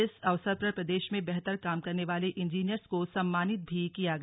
इस अवसर पर प्रदेश में बेहतर काम करने वाले इंजीनियर्स को सम्मानित भी किया गया